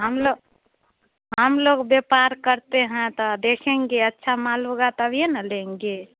हम लो हम लोग व्यापार करते हैं ता देखेंगे अच्छा माल होगा तभी ना लेंगे